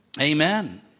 Amen